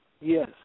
Yes